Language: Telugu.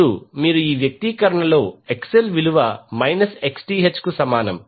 ఇప్పుడు మీరు ఈ వ్యక్తీకరణలో XL విలువ మైనస్ Xth కు సమానం